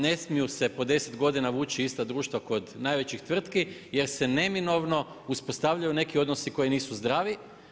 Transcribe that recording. Ne smiju se po 10 godina vući ista društva kod najvećih tvrtki, jer se neminovno uspostavljaju neki odnosi koji nisu zdravi.